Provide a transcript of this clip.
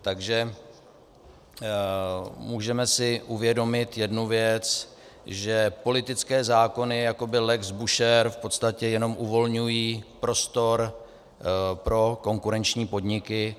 Takže si můžeme uvědomit jednu věc, že politické zákony, jako byl lex Búšehr, v podstatě jenom uvolňují prostor pro konkurenční podniky.